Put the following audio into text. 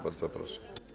Bardzo proszę.